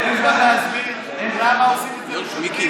אין לי בעיה להסביר למה עושים את זה על שוטרים.